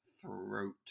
throat